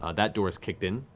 ah that door's kicked in,